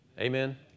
Amen